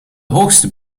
hoogste